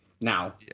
Now